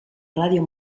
ràdio